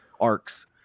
arcs